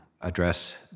address